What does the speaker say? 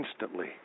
instantly